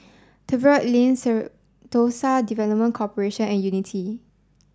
Tiverton Lane Sentosa Development Corporation and Unity